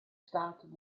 staten